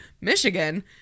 Michigan